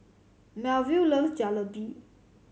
Melville loves Jalebi